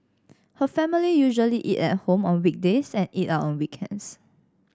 her family usually eat at home on weekdays and eat out on weekends